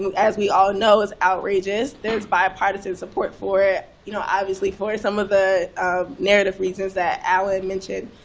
and as we all know, is outrageous. there's bipartisan support for it. you know obviously for some of ah the narrative reasons that alan mentioned.